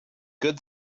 good